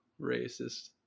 racist